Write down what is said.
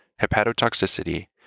hepatotoxicity